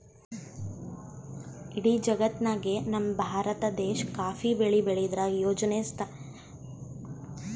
ಇಡೀ ಜಗತ್ತ್ನಾಗೆ ನಮ್ ಭಾರತ ದೇಶ್ ಕಾಫಿ ಬೆಳಿ ಬೆಳ್ಯಾದ್ರಾಗ್ ಯೋಳನೆ ಸ್ತಾನದಾಗ್ ಅದಾ